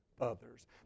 others